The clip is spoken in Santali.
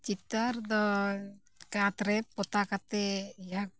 ᱪᱤᱛᱟᱹᱨ ᱫᱚ ᱠᱟᱸᱛ ᱨᱮ ᱯᱚᱛᱟᱣ ᱠᱟᱛᱮᱫ